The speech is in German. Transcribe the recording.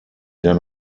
der